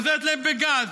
עוזרת להם בגז,